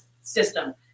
system